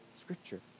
scripture